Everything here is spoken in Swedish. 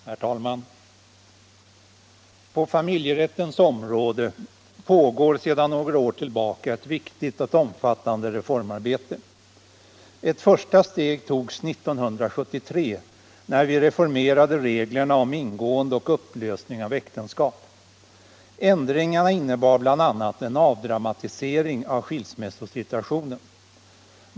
Herr talman! På familjerättens område pågår sedan några år tillbaka ett viktigt och omfattande reformarbete. Ett första steg togs 1973, när vi reformerade reglerna om ingående och upplösning av äktenskap. Ändringarna innebar bl.a. en avdramatisering av skilsmässosituationen.